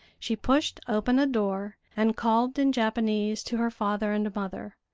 she pushed open a door and called in japanese to her father and mother,